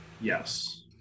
yes